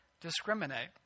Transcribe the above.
discriminate